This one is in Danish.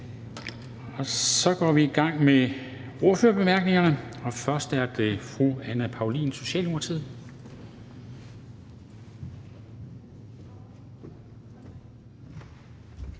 Så går vi i gang med ordførertalerne, og først er det fru Anne Paulin, Socialdemokratiet.